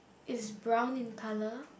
is brown in colour